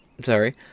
Sorry